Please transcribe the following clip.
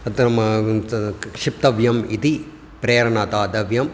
अनन्तरं तद् क्षेप्तव्यम् इति प्रेरणा दातव्या